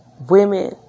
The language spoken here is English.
women